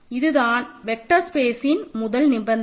இதுதான் வெக்டர் ஸ்பேஸ்சின் முதல் நிபந்தனை